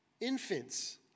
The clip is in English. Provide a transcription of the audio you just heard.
infants